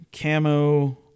camo